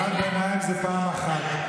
הערת ביניים זה פעם אחת.